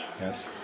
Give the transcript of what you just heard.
Yes